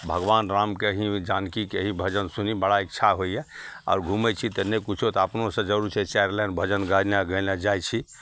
भगवान रामके ही जानकीके ही भजन सुनी बड़ा इच्छा होइए आओर घुमै छी तऽ नहि किछु तऽ अपनोसे जरूर छै चारि लाइन भजन गएने गएने जाइ छी